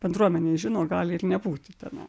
bendruomenėj žino gali ir nebūti tenai